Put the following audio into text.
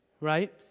Right